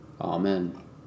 Amen